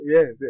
Yes